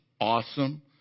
awesome